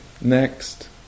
next